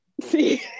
See